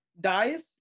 dies